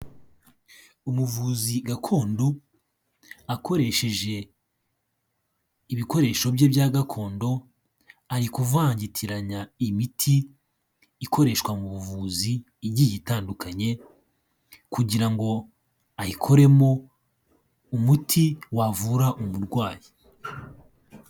Umuvuzi gakondo akoresheje ibikoresho bye bya gakondo ari kuvangitiranya imiti ikoreshwa mu buvuzi igiye itandukanye kugira ngo ayikoremo umuti wavura umurwayi.